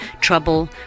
trouble